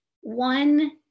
one